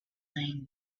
playing